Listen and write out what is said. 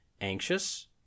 anxious